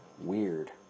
Weird